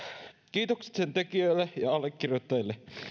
kiitokset sen tekijöille ja allekirjoittajille